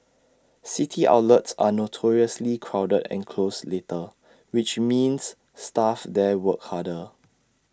city outlets are notoriously crowded and close later which means staff there work harder